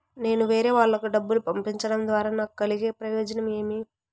నేను వేరేవాళ్లకు డబ్బులు పంపించడం ద్వారా నాకు కలిగే ప్రయోజనం ఏమి?